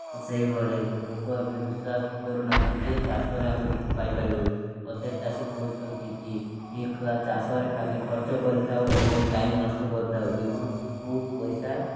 ସେହିଭଳି ଲୋକ ଏବେ ବିଶ୍ୱାସ କରୁନାହାନ୍ତି ଯେ ଚାଷରେ ଆମେ କିଛି ପାଇପାରିବୁ ଅଧା ଚାଷୀ କହୁଛନ୍ତି କି ଏ ଚାଷରେ ଖାଲି ଖର୍ଚ୍ଚ କରିଥାଉ ଏବଂ ଟାଇମ୍ ନଷ୍ଟ କରିଥାଉ କିନ୍ତୁ ପଇସା